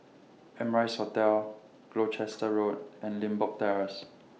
Amrise Hotel Gloucester Road and Limbok Terrace